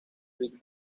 big